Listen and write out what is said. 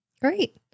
Great